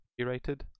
curated